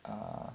err